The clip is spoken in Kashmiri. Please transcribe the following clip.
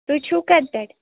تُہۍ چھُو کَتہِ پٮ۪ٹھ